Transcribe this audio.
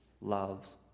loves